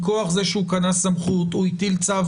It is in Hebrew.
מכוח זה שהוא קנה סמכות הוא הטיל צו